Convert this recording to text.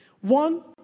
One